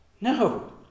no